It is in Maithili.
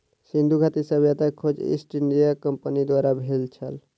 सिंधु घाटी सभ्यता के खोज ईस्ट इंडिया कंपनीक द्वारा भेल छल